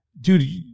dude